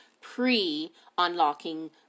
pre-unlocking